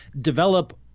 develop